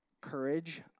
courage